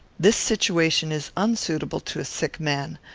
this situation is unsuitable to a sick man.